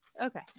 okay